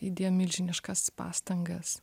įdėjo milžiniškas pastangas